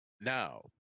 Now